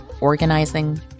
organizing